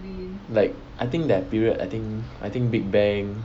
like I think that period I think I think big bang